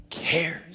cares